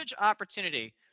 opportunity